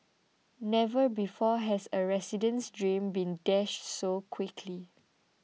never before has a resident's dream been dashed so quickly